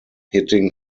hitting